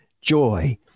joy